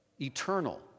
Eternal